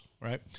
Right